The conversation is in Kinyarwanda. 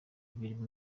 ibirimo